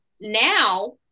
now